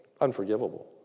unforgivable